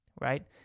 right